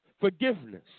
forgiveness